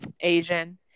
Asian